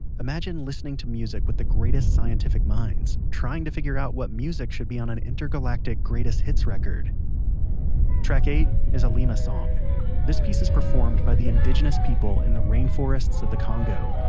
imagine listening to music with the greatest scientific minds, trying to figure out what music should be on on intergalactic greatest hits record track eight is alima song this piece is performed by the indigenous people in the rainforests of the congo